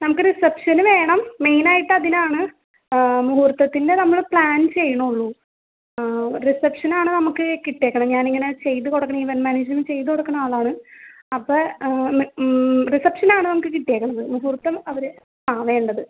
നമുക്ക് റിസപ്ഷന് വേണം മെയ്നായിട്ട് അതിനാണ് മുഹൂർത്തത്തിൻ്റെ നമ്മൾ പ്ലാൻ ചെയ്യുണോള്ളു റിസെപ്ഷനാണ് നമുക്ക് കിട്ടിയേക്കണത് ഞാനിങ്ങനെ ചെയ്ത് കൊടുക്കണത് ഇവൻട് മാനേജ്മെൻട് ചെയ്ത് കൊടുക്കണാളാണ് അപ്പം റിസെപ്ഷനാണ് നമുക്ക് കിട്ടിയേക്കണത് മുഹൂർത്തം അവർ ആ വേണ്ടത്